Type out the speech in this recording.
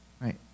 Right